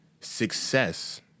success